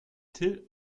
till